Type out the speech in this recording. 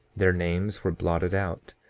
their names were blotted out,